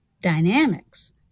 dynamics